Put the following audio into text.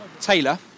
Taylor